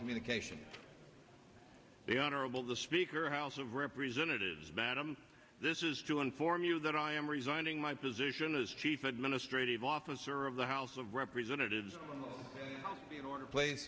communication the honorable the speaker house of representatives madam this is to inform you that i am resigning my position as chief administrative officer of the house of representatives in order place